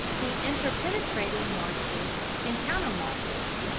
the interpenetrating marches and countermarches,